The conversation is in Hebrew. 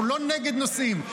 אנחנו לא נגד נושאים,